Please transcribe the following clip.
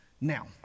Now